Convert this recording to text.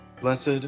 Blessed